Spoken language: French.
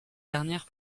dernière